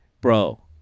Bro